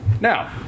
Now